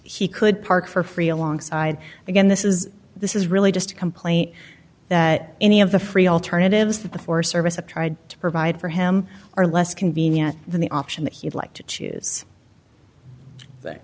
he could park for free alongside again this is this is really just a complaint that any of the free alternatives that the forest service have tried to provide for him are less convenient than the option that he'd like to choose